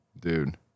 dude